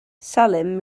salim